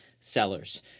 sellers